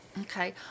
Okay